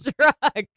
truck